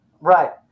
right